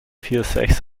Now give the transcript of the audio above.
viersechs